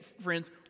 friends